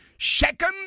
Second